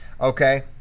Okay